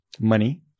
money